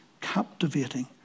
captivating